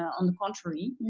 on the contrary.